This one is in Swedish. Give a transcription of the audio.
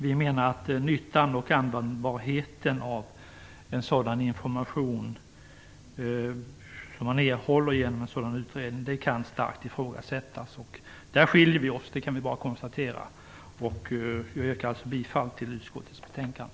Vi menar att nyttan och användbarheten av den information som man erhåller genom en sådan utredning starkt kan ifrågasättas. Där skiljer vi oss; det kan vi bara konstatera. Jag yrkar alltså bifall till hemställan i utskottets betänkande.